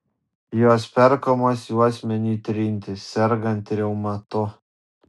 jos perkamos juosmeniui trinti sergant reumatu